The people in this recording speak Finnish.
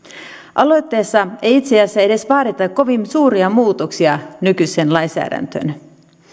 aloitteessa ei itse asiassa edes vaadita kovin suuria muutoksia nykyiseen lainsäädäntöön